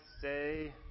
say